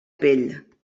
pell